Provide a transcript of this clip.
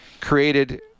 created